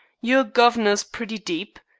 your guv'nor's pretty deep.